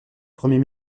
premier